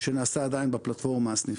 שנעשה עדיין בפלטפורמה הסניפית.